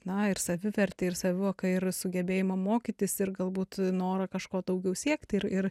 na ir savivertę ir savivoką ir sugebėjimą mokytis ir galbūt norą kažko daugiau siekti ir ir